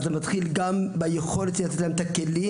אבל זה מתחיל גם ביכולת לתת להם את הכלים